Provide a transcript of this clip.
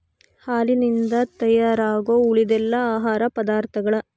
ಹಾಲಿನಿಂದ ತಯಾರಾಗು ಉಳಿದೆಲ್ಲಾ ಆಹಾರ ಪದಾರ್ಥಗಳ